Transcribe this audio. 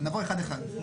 נעבור אחד-אחד,